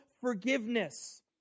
forgiveness